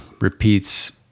repeats